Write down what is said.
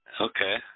Okay